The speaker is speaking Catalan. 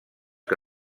que